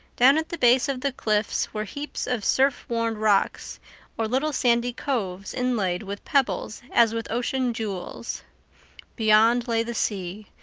down at the base of the cliffs were heaps of surf-worn rocks or little sandy coves inlaid with pebbles as with ocean jewels beyond lay the sea,